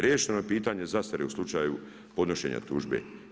Riješeno je pitanje zastare u slučaju podnošenja tužbe.